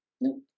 Nope